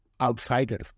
outsiders